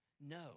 No